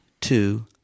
two